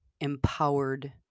empowered